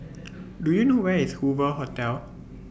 Do YOU know Where IS Hoover Hotel